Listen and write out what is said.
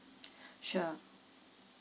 sure